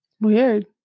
Weird